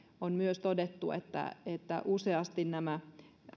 on myös todettu että että useasti nämä